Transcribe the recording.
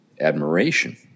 admiration